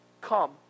come